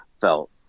felt